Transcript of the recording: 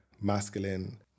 masculine